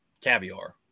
caviar